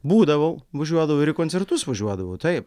būdavau važiuodavau ir į koncertus važiuodavau taip